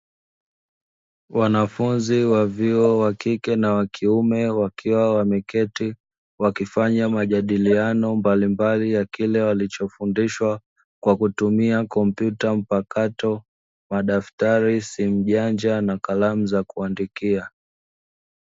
Wanafunzi wa vyuo wa kike na wa kiume wakiwa wameketi, wakifanya majadiliano mbalimbali ya kile walichofundishwa kwa kutumia kompyuta mpakato, madaftari, simu mjanja na kalamu za kuandikia.